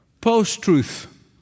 Post-truth